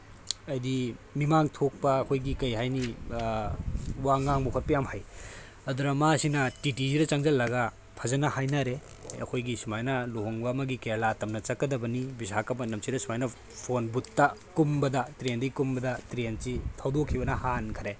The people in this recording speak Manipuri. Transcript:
ꯍꯏꯕꯗꯤ ꯃꯤꯃꯥꯡ ꯊꯣꯛꯄ ꯑꯩꯈꯣꯏꯒꯤ ꯀꯔꯤ ꯍꯥꯏꯅꯤ ꯋꯥ ꯉꯥꯡꯕ ꯈꯣꯠꯄ ꯌꯥꯝ ꯍꯩ ꯑꯗꯨꯅ ꯃꯥꯁꯤꯅ ꯇꯤ ꯇꯤꯁꯤꯗ ꯆꯪꯁꯤꯜꯂꯒ ꯐꯖꯅ ꯍꯥꯏꯅꯔꯦ ꯑꯩꯈꯣꯏꯒꯤ ꯁꯨꯃꯥꯏꯅ ꯂꯨꯍꯣꯡꯕ ꯑꯃꯒꯤ ꯀꯦꯔꯂꯥ ꯇꯝꯅ ꯆꯠꯀꯗꯕꯅꯤ ꯕꯤꯁꯥꯀꯄꯠꯅꯝꯁꯤꯗ ꯁꯨꯃꯥꯏꯅ ꯐꯣꯟ ꯕꯨꯠꯇ ꯀꯨꯝꯕꯗ ꯇ꯭ꯔꯦꯟꯗꯒꯤ ꯀꯨꯝꯕꯗ ꯇ꯭ꯔꯦꯟꯁꯤ ꯊꯧꯗꯣꯛꯈꯤꯕꯅ ꯍꯟꯈꯔꯦ